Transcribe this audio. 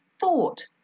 thought